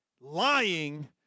lying –